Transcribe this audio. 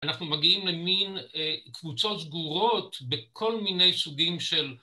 אנחנו מגיעים למין קבוצות סגורות בכל מיני סוגים של